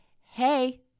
hey